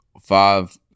five